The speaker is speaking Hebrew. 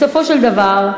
בסופו של דבר,